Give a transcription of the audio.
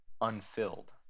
unfilled